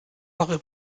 eure